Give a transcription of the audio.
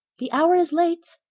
the hour is late!